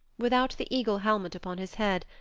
without the eagle-helmet upon his head,